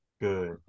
good